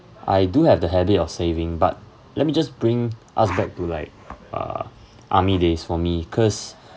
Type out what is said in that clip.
I do have the habit of saving but let me just bring us back to like uh army days for me cause